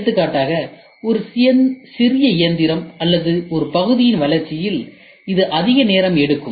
எடுத்துக்காட்டாக ஒரு சிறிய இயந்திரம் அல்லது ஒரு பகுதியின் வளர்ச்சியில் இது அதிக நேரம் எடுக்கும்